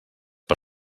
per